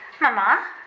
Mama